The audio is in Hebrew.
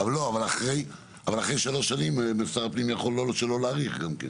אבל אחרי שלוש שנים שר הפנים יכול שלא להאריך גם כן.